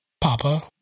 Papa